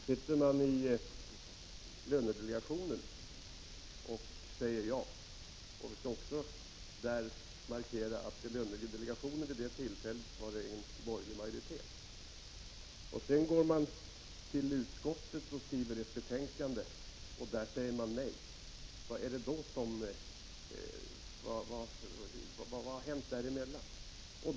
Sitter man i lönedelegationen och säger ja — jag vill markera att lönedelegationen vid det tillfället hade en borgerlig majoritet — och sedan går till utskottet och skriver ett betänkande där man säger nej, vad har då hänt däremellan?